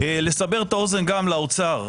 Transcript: לסבר את האוזן גם לאוצר.